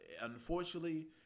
unfortunately